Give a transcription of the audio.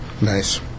Nice